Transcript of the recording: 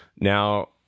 Now